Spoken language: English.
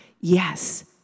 yes